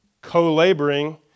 co-laboring